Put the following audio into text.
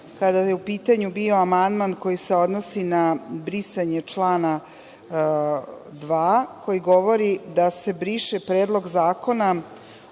kada je u pitanju bio amandman koji se odnosi na brisanje člana 2. koji govori da se briše Predlog zakona